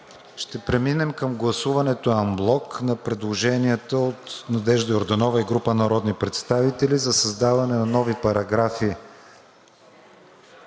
ще преминем към гласуването анблок на предложенията от Надежда Йорданова и група народни представители за създаване на нови параграфи.